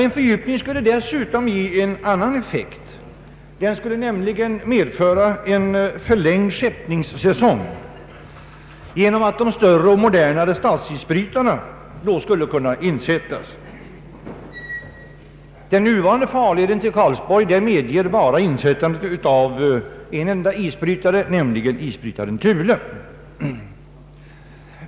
En fördjupning skulle dessutom ge en annan effekt, nämligen förlängd skeppningssäsong genom att de större och modernare statsisbrytarna då skulle kunna gå in i farleden. Den nuvarande farleden till Karlsborg medger bara insättandet av en enda isbrytare, nämligen Thule.